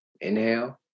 Inhale